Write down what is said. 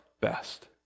best